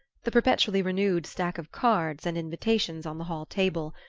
the perpetually renewed stack of cards and invitations on the hall table,